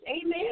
Amen